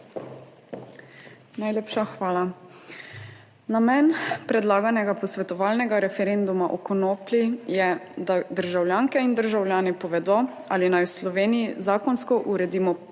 Najlepša hvala. Namen predlaganega posvetovalnega referenduma o konoplji je, da državljanke in državljani povedo ali naj v Sloveniji zakonsko uredimo